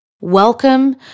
Welcome